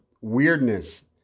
weirdness